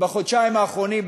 ובחודשיים האחרונים,